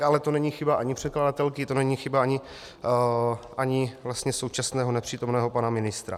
Ale to není chyba ani předkladatelky, to není chyba ani současného nepřítomného pana ministra.